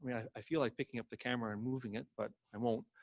i feel like picking up the camera and moving it but i won't,